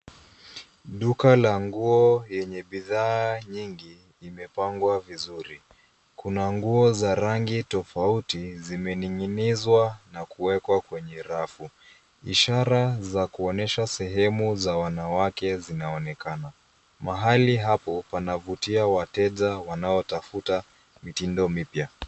Duka la nguo yenye bidhaa nyingi imepangwa vizuri. Kuna nguo za rangi tofauti zimening'inizwa na kuwekwa kwenye rafu. Ishara za kuonyesha sehemu za wanawake zinaonekana. Mahali hapo panavutia wateja wanaotafuta mitindo mipya.